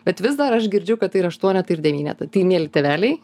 bet vis dar aš girdžiu kad tai yra aštuonetai ir devynetai tai mieli tėveliai